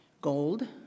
Gold